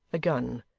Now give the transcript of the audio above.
a gun.